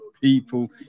people